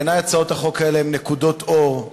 בעיני, הצעות החוק האלה הן נקודות אור,